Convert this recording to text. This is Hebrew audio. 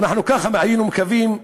אנחנו ככה היינו מקווים,